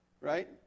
Right